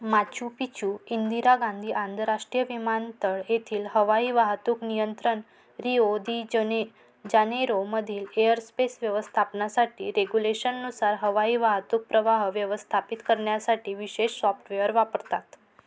Machu Picchu Indira Gandhi आंतरराष्ट्रीय विमानतळ येथील हवाई वाहतूक नियंत्रक रिओदीजने जानेरोमधील एअरस्पेस व्यवस्थापनासाठी रेग्युलेशननुसार हवाई वाहतूक प्रवाह व्यवस्थापित करन्यासाठी विशेष सॉफ्टवेअर वापरतात